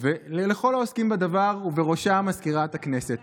לכל העוסקים בדבר, ובראשם מזכירת הכנסת.